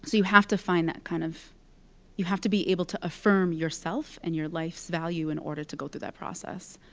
so you have to find that kind of you have to be able to affirm yourself and your life's value in order to go through that process.